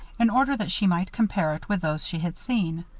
in order that she might compare it with those she had seen.